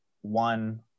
one